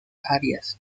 arias